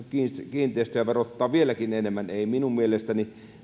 kiinteistöjä verottaa vieläkin enemmän ei minun mielestäni